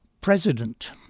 president